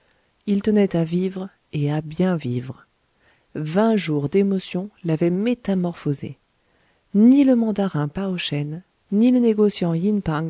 il tenait à vivre et à bien vivre vingt jours d'émotions l'avaient métamorphosé ni le mandarin pao shen ni le négociant